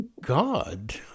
God